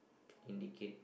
indicate